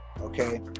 okay